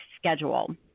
schedule